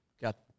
got